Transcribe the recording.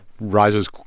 rises